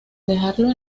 dejarlo